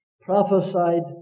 prophesied